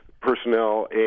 personnel